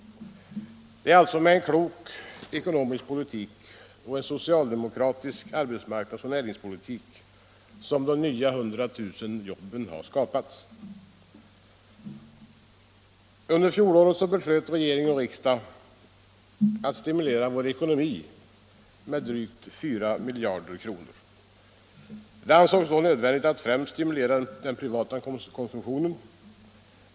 Det är alltså med en klok ekonomisk politik och en socialdemokratisk arbetsmarknadsoch näringspolitik, som de 100 000 nya jobben har skapats. Under fjolåret beslöt regering och riksdag att stimulera vår ekonomi med drygt 4 miljarder kronor. Det ansågs då nödvändigt att främst stimulera den privata konsumtionen.